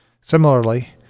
Similarly